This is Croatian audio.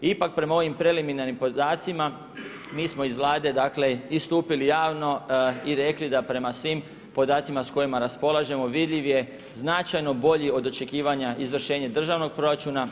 Ipak prema ovim preliminarnim podacima mi smo iz vlade dakle istupili javno i rekli da prema svim podacima s kojima raspolažemo vidljiv je značajno bolji od očekivanja izvršenje državnog proračuna.